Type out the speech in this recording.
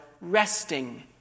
resting